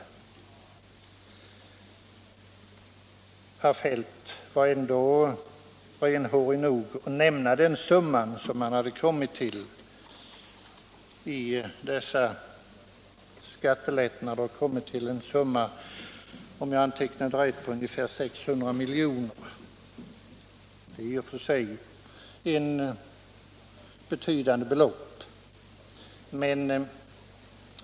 Herr Feldt var ändå renhårig nog att nämna den summa som man kommit fram till att dessa skattelättnader uppgick till — ungefär 600 milj.kr., om jag antecknade rätt.